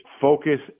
focus